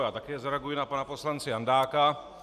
Já také zareaguji na pana poslance Jandáka.